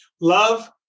Love